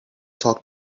talk